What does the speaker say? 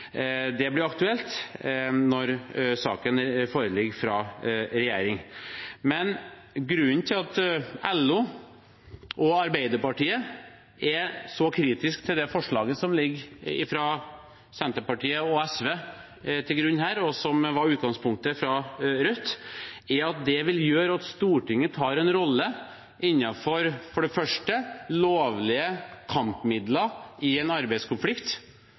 når saken foreligger fra regjeringen og det igjen blir aktuelt. Grunnen til at LO og Arbeiderpartiet er så kritisk til det forslaget fra Senterpartiet og SV som ligger til grunn her, og som var utgangspunktet fra Rødt, er at det vil gjøre at Stortinget tar en rolle innenfor både lovlige kampmidler i en arbeidskonflikt